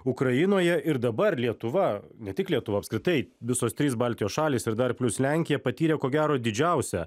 ukrainoje ir dabar lietuva ne tik lietuva apskritai visos trys baltijos šalys ir dar plius lenkija patyrė ko gero didžiausią